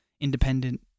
independent